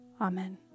Amen